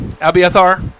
Abiathar